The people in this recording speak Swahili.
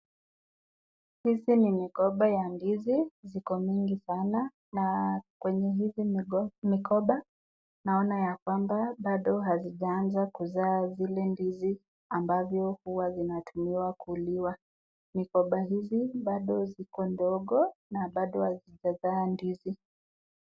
Hizi ni mikoba ya ndizi ziko nyingi sana na kwenye hizi mikoba naona ya kwamba bado hazijaanza kuzaa zile ndizi ambazo huwa zina tumiwa kuliwa. Mikoba hizi bado ziko ndogo na bado hazijazaa ndizi.